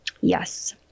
Yes